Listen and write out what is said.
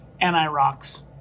anti-rocks